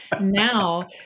Now